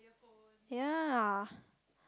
yeah